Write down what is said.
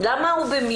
הודא אבו